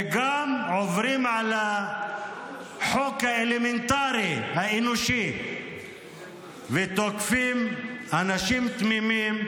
וגם עוברים על החוק האלמנטרי האנושי ותוקפים אנשים תמימים,